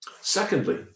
Secondly